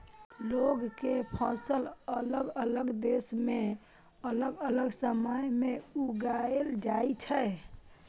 लौंग के फसल अलग अलग देश मे अलग अलग समय मे उगाएल जाइ छै